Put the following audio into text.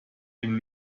dem